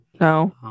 No